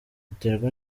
biterwa